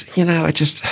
you know, i just.